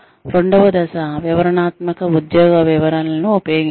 రెండవ దశ వివరణాత్మక ఉద్యోగ వివరణలను ఉపయోగించడం